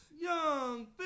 Young